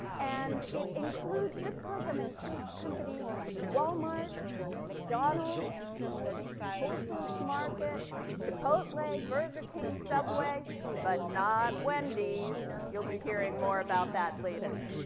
and it includes this program includes companies like wal-mart mcdonnell whole foods market chipotle a burger king subway but not when you'll be hearing more about that later